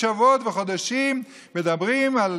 שבועות וחודשים מדברים על